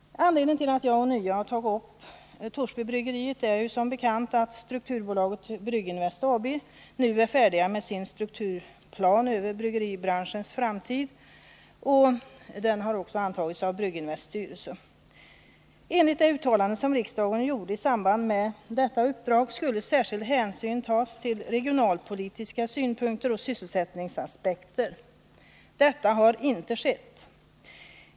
Anledningen till att jag ånyo har tagit upp Torsbybryggeriet är att strukturbolaget Brygginvest AB som bekant nu är färdigt med sin strukturplan över bryggeribranschens framtid. Planen har också antagits av Brygginvests styrelse. - Enligt det uttalande som riksdagen gjorde i samband med att detta uppdrag gavs till Brygginvest skulle särskild hänsyn tas till regionalpolitiska synpunkter och sysselsättningsaspekter. Detta har inte skett.